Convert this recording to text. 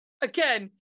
again